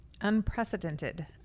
Unprecedented